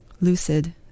lucid